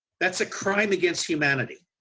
that's a crime against humanity.